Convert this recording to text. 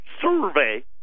survey